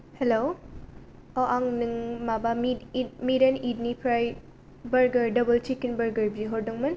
हेल' अ आं नों माबा meat eat meat and eat निफ्राय बार्गार डाबल चिकेन बार्गार बिहरदोंमोन